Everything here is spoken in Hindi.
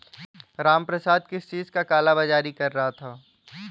रामप्रसाद किस चीज का काला बाज़ारी कर रहा था